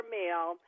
male